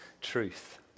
truth